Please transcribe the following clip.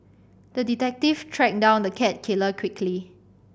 the detective tracked down the cat killer quickly